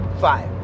five